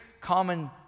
common